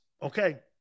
Okay